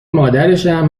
مادرشم